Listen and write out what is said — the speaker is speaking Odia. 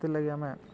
ସେଥିର୍ଲାଗି ଆମେ